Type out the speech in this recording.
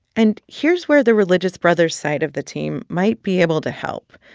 and here's where the religious brothers' side of the team might be able to help.